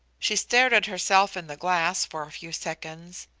she stared at herself in the glass for a few seconds,